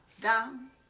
down